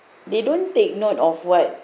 they don't take note of what